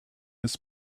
his